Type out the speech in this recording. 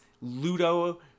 Ludo